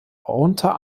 unter